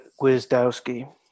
Gwizdowski